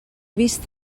vist